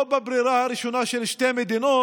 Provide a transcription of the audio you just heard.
לא בברירה הראשונה של שתי מדינות,